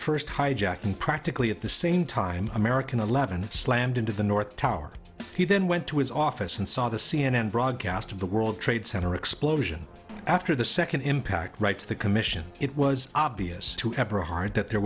first hijacking practically at the same time american eleven that slammed into the north tower he then went to his office and saw the c n n broadcast of the world trade center explosion after the second impact writes the commission it was obvious to everyone hard that there